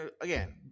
again